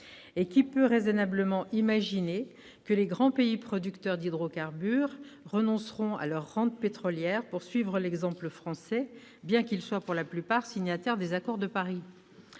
Et qui peut raisonnablement imaginer que les grands pays producteurs d'hydrocarbures renonceront à leur rente pétrolière pour suivre l'exemple français, bien qu'ils soient pour la plupart signataires de l'Accord de Paris ?